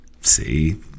See